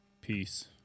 Peace